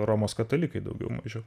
romos katalikai daugiau mažiau